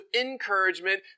encouragement